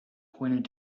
pointed